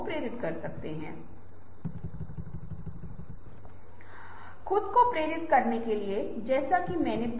जैसे कि यदि आप पूछ सकते हैं और अंतिम रूप से प्रश्न पूछ रहे हैं तो आप जिस समूह के सदस्य को सारांश देते हैं